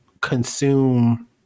consume